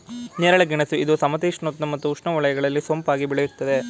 ನೇರಳೆ ಗೆಣಸು ಇದು ಸಮಶೀತೋಷ್ಣ ಮತ್ತು ಉಷ್ಣವಲಯಗಳಲ್ಲಿ ಸೊಂಪಾಗಿ ಬೆಳೆಯುತ್ತದೆ